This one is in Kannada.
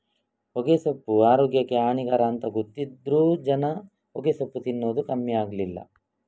ಹೊಗೆಸೊಪ್ಪು ಆರೋಗ್ಯಕ್ಕೆ ಹಾನಿಕರ ಅಂತ ಗೊತ್ತಿದ್ರೂ ಜನ ಹೊಗೆಸೊಪ್ಪು ತಿನ್ನದು ಕಮ್ಮಿ ಆಗ್ಲಿಲ್ಲ